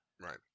right